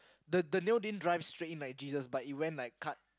the the nail didn't drive straight in like Jesus but it went in like cut